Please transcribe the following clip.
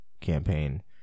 campaign